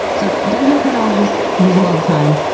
so dendrochronologists use them all the time,